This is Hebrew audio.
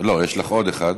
יש לך עוד שאלה: